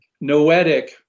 noetic